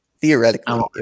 Theoretically